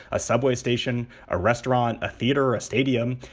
a subway station, a restaurant, a theater, a stadium.